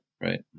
right